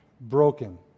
broken